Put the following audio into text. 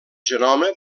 genoma